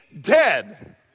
dead